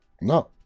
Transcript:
No